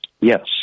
Yes